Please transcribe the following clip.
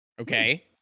okay